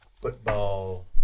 football